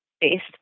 based